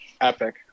epic